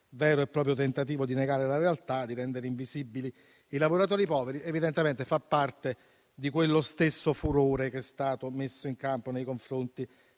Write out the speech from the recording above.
vero e proprio tentativo di negare la realtà e di rendere invisibili i lavoratori poveri. Evidentemente fa parte di quello stesso furore che è stato messo in campo nei confronti